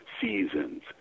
seasons